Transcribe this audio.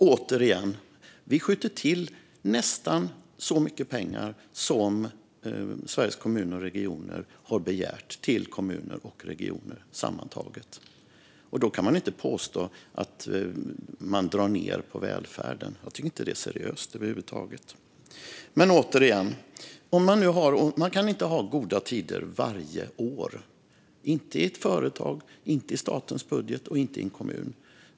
Återigen: Vi skjuter till nästan så mycket pengar som Sveriges Kommuner och Regioner har begärt till kommuner och regioner sammantaget. Då kan man inte påstå att vi drar ned på välfärden. Jag tycker inte att det är seriöst över huvud taget. Återigen: Man kan inte ha goda tider varje år - inte i ett företag, inte i statens budget och inte i en kommun.